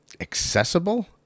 accessible